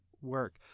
work